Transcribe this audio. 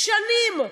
שנים,